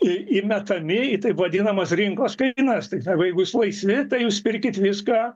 įmetami į taip vadinamas rinkos kainas tai jeigu jūs laisvi tai jūs pirkit viską